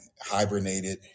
hibernated